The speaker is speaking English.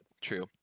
True